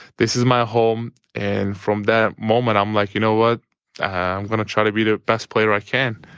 this is my home. and from that moment i'm like, you know what, i'm going to try to be the best player i can.